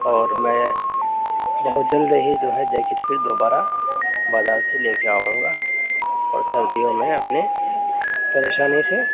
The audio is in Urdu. اور میں بہت جلد ہی جو ہے جیکٹ پھر دوبارہ بازار سے لے کے آؤں گا اور سردیوں میں اپنے پریشانی سے